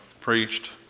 preached